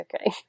okay